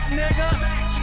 nigga